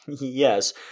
Yes